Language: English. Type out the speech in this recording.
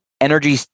energy